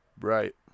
Right